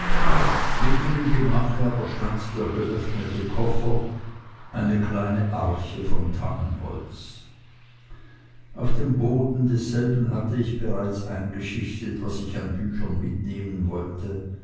mitten im gemache aber stand der geöffnete koffer eine kleine arche von tannenholz auf dem boden derselben hatte ich bereits eingeschichtet was ich an büchern mitnehmen wollte